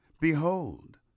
behold